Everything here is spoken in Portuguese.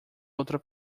outra